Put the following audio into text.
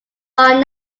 long